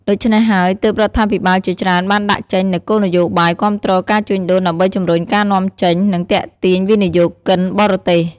ដូច្នេះហើយទើប រដ្ឋាភិបាលជាច្រើនបានដាក់ចេញនៅគោលនយោបាយគាំទ្រការជួញដូរ ដើម្បីជំរុញការនាំចេញ និងទាក់ទាញវិនិយោគគិនបរទេស។